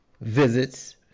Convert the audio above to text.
visits